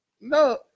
No